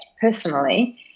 personally